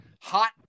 hot